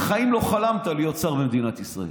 בחיים לא חלמת להיות שר במדינת ישראל.